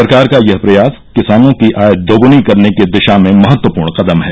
सरकार का यह प्रयास किसानों की आय दोगुनी करने की दिशा में महत्वपूर्ण कदम है